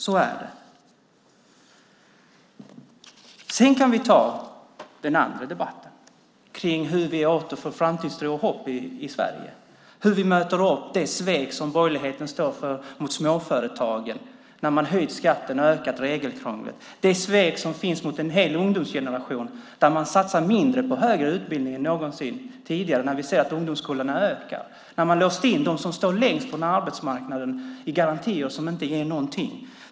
Efter det kan vi ta den andra debatten om hur vi återinför framtidstro och hopp i Sverige, om hur vi möter sveket som borgerligheten står för mot småföretagen när man höjt skatten och ökat regelkrånglet, sveket mot en hel ungdomsgeneration där man satsar mindre än någonsin på högre utbildning när vi ser att ungdomskullarna ökar och sveket mot dem som står längst från arbetsmarknaden när man låser in dem i garantier som inte ger någonting.